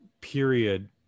period